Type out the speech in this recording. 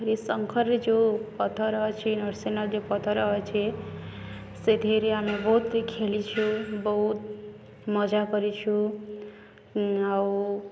ହରିଶଙ୍କରରେ ଯୋଉ ପଥର ଅଛି ନୃସିଂନାଥରେ ଯୋଉ ପଥର ଅଛି ସେଥିରେ ଆମେ ବହୁତ ଖେଳିଛୁ ବହୁତ ମଜା କରିଛୁ ଆଉ